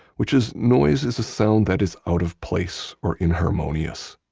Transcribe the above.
which is, noise is a sound that is out of place or inharmonious.